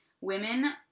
women